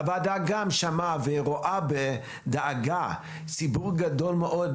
הוועדה גם שמעה ורואה בדאגה ציבור גדול מאוד